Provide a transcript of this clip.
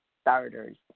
starters